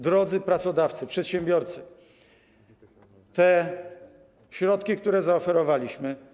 Drodzy pracodawcy i przedsiębiorcy, te środki, które zaoferowaliśmy.